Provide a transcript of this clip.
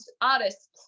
artists